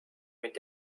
mit